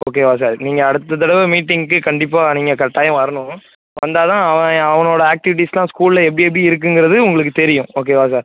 ஓகேவா சார் நீங்கள் அடுத்த தடவை மீட்டிங்க்கு கண்டிப்பாக நீங்கள் கட்டாயம் வரணும் வந்தால் தான் அவன் அவனோடய ஆக்டிவிட்டீஸ்லாம் ஸ்கூல்ல எப்படி எப்படி இருக்குங்கிறது உங்களுக்கு தெரியும் ஓகேவா சார்